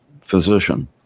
physician